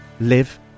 live